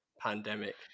pandemic